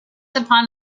upon